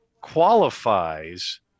qualifies